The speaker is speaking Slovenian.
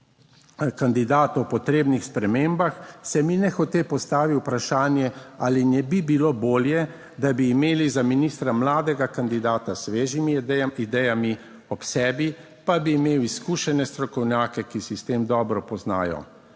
kandidat o potrebnih spremembah, se mi nehote postavi vprašanje, ali ne bi bilo bolje, da bi imeli za ministra mladega kandidata s svežimi idejami ob sebi pa bi imel izkušene strokovnjake, ki sistem dobro poznajo.